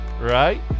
right